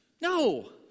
No